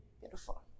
Beautiful